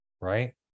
right